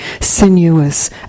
sinuous